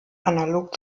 analog